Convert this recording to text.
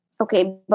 Okay